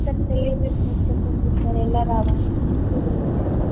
sir తెలియదు sir చెప్పండి sir ఎలా రావాలి చిత్తూరు నుంచి